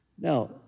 Now